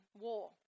war